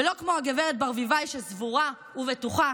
ולא כמו שגב' ברביבאי סבורה ובטוחה